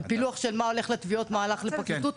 הפילוח של מה הולך לתביעות, מה הלך לפרקליטות?